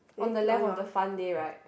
on the left of the fun day right